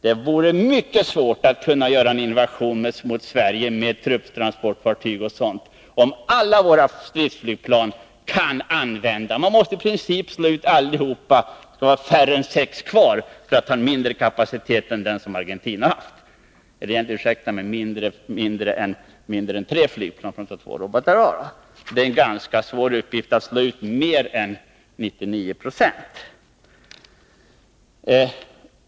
Det vore mycket svårt att göra en invasion av Sverige med trupptransportfartyg o.d., om alla våra stridsflygplan kan användas för att bära attackrobotar. Man måste i princip slå ut nästan allihop, så att det blir färre än tre, som tar två robotar var, för att det skall bli en mindre kapacitet än den som Argentina haft. Det är en hopplös uppgift att slå ut mer än 99 96.